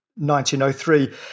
1903